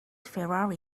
ferrari